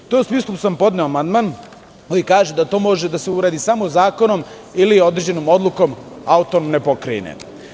U tom smislu sam podneo amandman koji kaže da to može da se uradi samo zakonom ili određenom odlukom autonomne pokrajine.